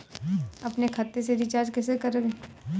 अपने खाते से रिचार्ज कैसे करें?